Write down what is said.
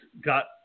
got